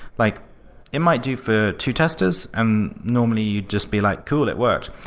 like it might do for two testers, and normally you'd just be like, cool. it worked.